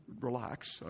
relax